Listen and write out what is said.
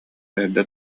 эрдэ